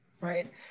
right